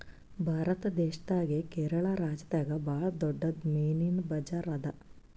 ಭಾರತ್ ದೇಶದಾಗೆ ಕೇರಳ ರಾಜ್ಯದಾಗ್ ಭಾಳ್ ದೊಡ್ಡದ್ ಮೀನಿನ್ ಬಜಾರ್ ಅದಾ